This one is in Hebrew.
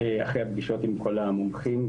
אחרי הפגישות עם כל המומחים.